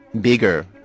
bigger